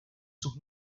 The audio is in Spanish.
sus